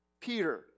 Peter